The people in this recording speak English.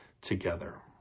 together